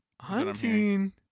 Hunting